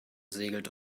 segelt